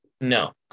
No